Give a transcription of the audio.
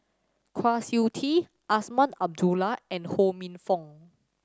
Kwa Siew Tee Azman Abdullah and Ho Minfong